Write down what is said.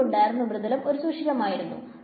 മുൻപ് ഉണ്ടായിരുന്നു ഉപരിതലം ഒരു സുഷിരംആയിരുന്നു